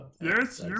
Yes